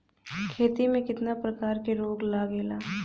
खेती में कितना प्रकार के रोग लगेला?